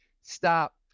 stop